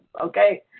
okay